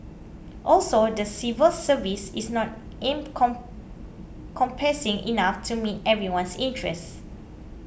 also the civil service is not an come compassing enough to meet everyone's interests